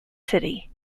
city